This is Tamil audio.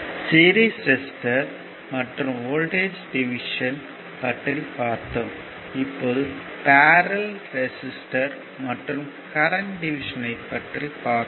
சீரிஸ் ரெசிஸ்டர் மற்றும் வோல்ட்டேஜ் டிவிசன் பற்றி பார்த்தோம் இப்போது பரல்லெல் ரெசிஸ்டர் மற்றும் கரண்ட் டிவிசன் ஐ பார்ப்போம்